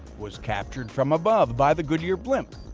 was captured from above by the goodyear blimp,